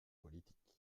politique